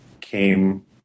came